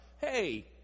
hey